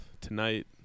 tonight